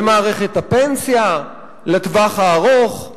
למערכת הפנסיה לטווח הארוך.